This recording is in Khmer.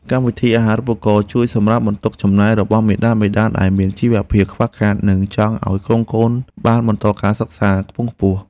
កម្មវិធីអាហារូបករណ៍ជួយសម្រាលបន្ទុកចំណាយរបស់មាតាបិតាដែលមានជីវភាពខ្វះខាត និងចង់ឱ្យកូនបានបន្តការសិក្សាខ្ពង់ខ្ពស់។